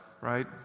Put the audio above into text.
right